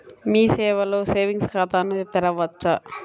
మీ సేవలో సేవింగ్స్ ఖాతాను తెరవవచ్చా?